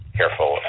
careful